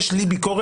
יש לי ביקורת,